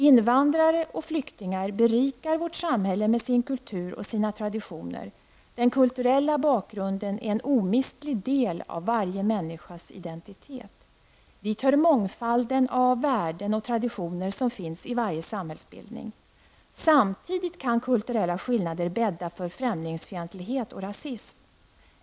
Invandrare och flyktingar berikar vårt samhälle med sin kultur och sina traditioner. Den kulturella bakgrunden är en omistlig del av varje människas identitet. Dit hör mångfalden av de värden och traditioner som finns i varje samhällsbildning. Samtidigt kan kulturella skillnader bädda för främlingsfientlighet och rasism.